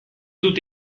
dut